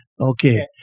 Okay